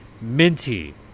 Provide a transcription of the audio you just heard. Minty